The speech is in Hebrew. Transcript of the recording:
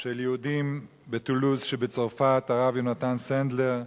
של יהודים בטולוז שבצרפת: הרב יונתן סנדלר,